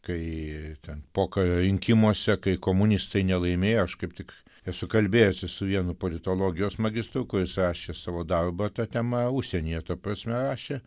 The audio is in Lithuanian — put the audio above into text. kai ten pokario rinkimuose kai komunistai nelaimėjo aš kaip tik esu kalbėjęsis su vienu politologijos magistru kuris rašė savo darbą ta tema užsienyje ta prasme rašė